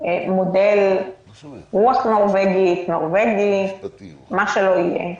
מודל פלוס נורווגי, נורווגי, מה שלא יהיה,